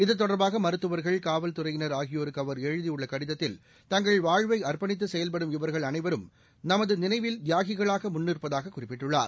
இது தொடர்பாகமருத்துவர்கள் காவல்துறையினர் ஆகியோருக்குஅவர் எழுதியுள்ளகடிதத்தில் தங்கள்வாழ்வைஅ்ப்பணித்துசெயல்படும் இவர்கள் அனைவரும் நமதுநினைவில் தியாகிகளாகமுன் நிற்பதாககுறிப்பிட்டுள்ளார்